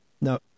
No